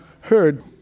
heard